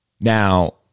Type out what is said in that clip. Now